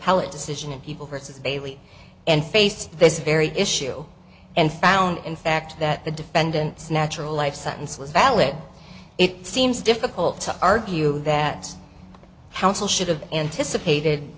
decision in people versus bailey and faced this very issue and found in fact that the defendant's natural life sentence was valid it seems difficult to argue that hounshell should have anticipated